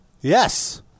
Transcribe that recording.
Yes